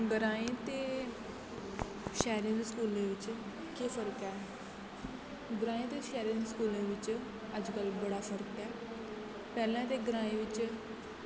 ग्राएं ते शैह्रें दे स्कूलें बिच्च केह् फर्क ऐ ग्राएं दे शैह्रें दे स्कूलें बिच्च अज्ज कल बड़ा फर्क ऐ पैह्लें ते ग्राएं बिच्च